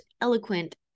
eloquent